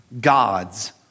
God's